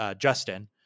Justin